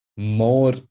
more